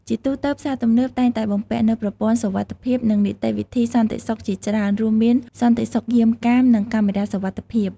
ជាទូទៅ ផ្សារទំនើបតែងតែបំពាក់នូវប្រព័ន្ធសុវត្ថិភាព និងនីតិវិធីសន្តិសុខជាច្រើន រួមមានសន្តិសុខយាមកាម និងកាមេរ៉ាសុវត្ថិភាព ។